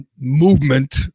movement